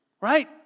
Right